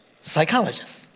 Psychologists